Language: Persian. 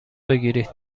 بگیرید